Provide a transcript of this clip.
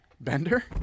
Bender